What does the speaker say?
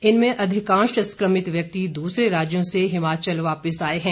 इनमें अधिकांश संक्रमित व्यक्ति दूसरे राज्यों से हिमाचल वापिस आए हैं